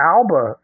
Alba